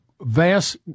vast